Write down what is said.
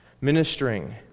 ministering